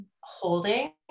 holding